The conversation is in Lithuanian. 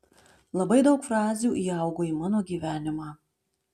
labai daug frazių įaugo į mano gyvenimą